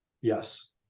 yes